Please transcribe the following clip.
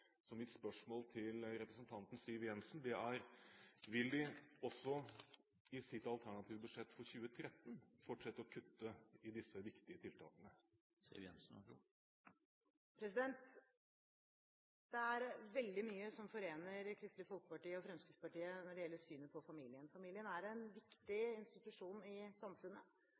Så mitt spørsmål til representanten Siv Jensen er: Vil de også i sitt alternative budsjett for 2013 fortsette å kutte i disse viktige tiltakene? Det er veldig mye som forener Kristelig Folkeparti og Fremskrittspartiet når det gjelder synet på familien. Familien er en viktig institusjon i samfunnet,